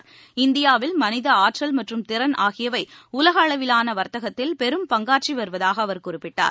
உலக அளவில் இந்தியாவில் மனித ஆற்றல் மற்றும் திறன் ஆகியவை உலக அளவிலான வர்த்தகத்தில் பெரும் பங்னற்றி வருவதாக அவர் குறிப்பிட்டார்